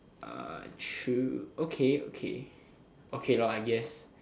uh true okay okay okay lor I guess